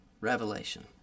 revelation